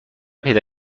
پیدا